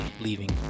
leaving